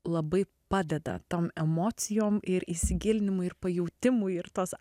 labai padeda tom emocijom ir įsigilinimui ir pajutimui ir tos